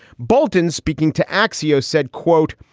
bolton, speaking to axios said, quote,